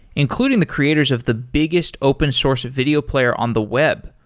including the creators of the biggest open source video player on the web,